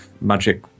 magic